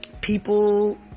people